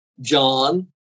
John